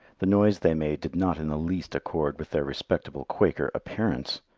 the noise they made did not in the least accord with their respectable quaker appearance.